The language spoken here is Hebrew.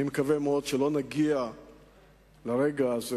אני מקווה מאוד שלא נגיע לרגע הזה